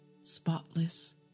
spotless